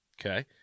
Okay